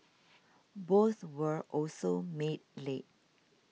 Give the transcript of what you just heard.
both were also made late